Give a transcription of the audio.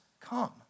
come